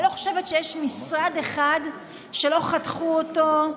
אני לא חושבת שיש משרד אחד שלא חתכו אותו,